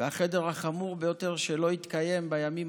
והחדר שחמור ביותר שלא התקיים בימים